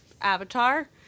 Avatar